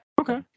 Okay